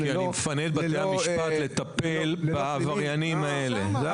כי אני מפנה את בתי המשפט לטפל בעבריינים האלה.